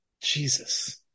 Jesus